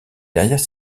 derrière